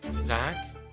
Zach